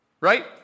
right